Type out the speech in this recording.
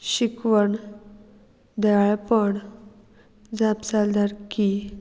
शिकवण दयाळपण जापसालदारकी